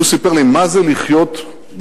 הוא סיפר לי מה זה לחיות בכלא,